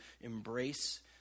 embrace